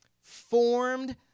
formed